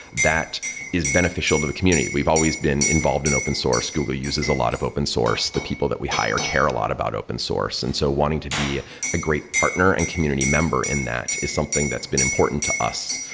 that is beneficial to the community. we've always been involved in open source. google uses a lot of open source. the people that we hire care a lot about open source. and so wanting to be a great partner and community member in that is something that's been important to us.